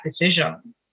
decision